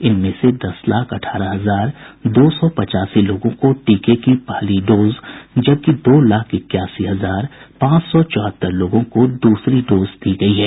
इनमें से दस लाख अठारह हजार दो सौ पचासी लोगों को टीके की पहली डोज जबकि दो लाख इक्यासी हजार पांच सौ चौहत्तर लोगों को दूसरी डोज दी गयी है